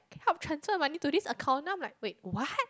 help transfer money to this account then I'm like wait what